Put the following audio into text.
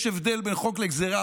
יש הבדל בין חוק לגזרה.